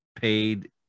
paid